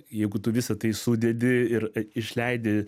jeigu tu visą tai sudedi ir išleidi